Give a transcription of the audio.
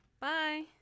Bye